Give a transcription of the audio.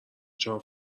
چهار